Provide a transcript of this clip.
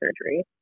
surgery